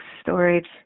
storage